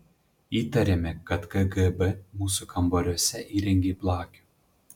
įtarėme kad kgb mūsų kambariuose įrengė blakių